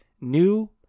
new